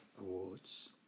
awards